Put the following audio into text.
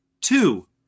Two